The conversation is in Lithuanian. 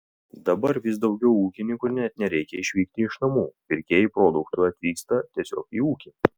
dabar vis daugiau ūkininkų net nereikia išvykti iš namų pirkėjai produktų atvyksta tiesiog į ūkį